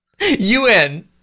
Un